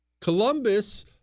Columbus